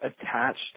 attached